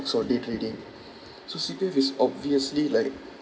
or day trading so C_P_F is obviously like